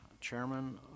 chairman